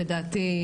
לדעתי,